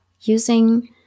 using